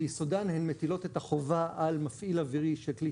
ביסודן הן מטילות את החובה על מפעיל אווירי של כלי